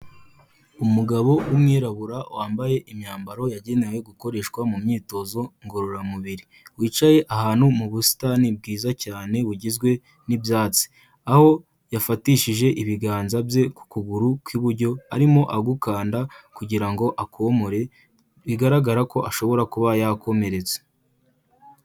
Umugabo w'umwirabura wambaye imyambaro yagenewe gukoreshwa mu myitozo ngororamubiri, wicaye ahantu mu busitani bwiza cyane bugizwe n'ibyatsi, aho yafatishije ibiganza bye ku kuguru kw'iburyo arimo agukanda kugira ngo akomore, bigaragara ko ashobora kuba yakomeretse.